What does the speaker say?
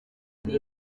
ati